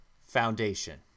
Foundation